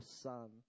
Son